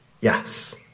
yes